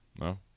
No